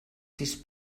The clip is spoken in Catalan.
sis